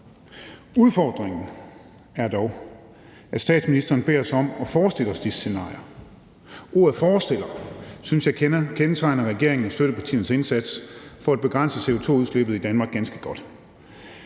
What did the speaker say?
Udfordringen er dog, at statsministeren beder os om at forestille os disse scenarier. Ordet forestiller synes jeg kendetegner regeringen og støttepartiernes indsats for at begrænse CO2-udslippet i Danmark ganske godt.